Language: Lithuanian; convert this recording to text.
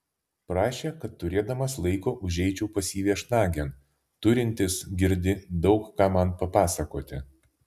prašė kad turėdamas laiko užeičiau pas jį viešnagėn turintis girdi daug ką man papasakoti